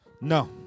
no